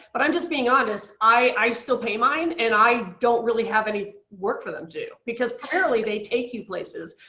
but i'm just being honest, i still pay mine and i don't really have any work for them to do because primarily they take you places.